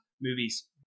movies